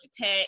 tech